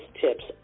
tips